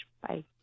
Bye